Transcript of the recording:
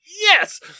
yes